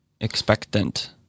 Expectant